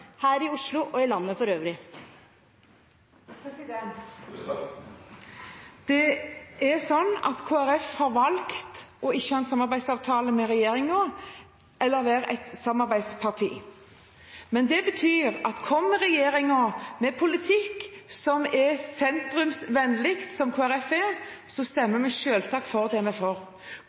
her i Oslo og i landet for øvrig. Kristelig Folkeparti har valgt ikke å ha en samarbeidsavtale med regjeringen, eller å være et samarbeidsparti, men det betyr at kommer regjeringen med politikk som er sentrumsvennlig, som Kristelig Folkeparti er, stemmer vi selvsagt for